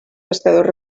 pescadors